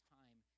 time